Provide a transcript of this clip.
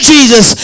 Jesus